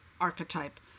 archetype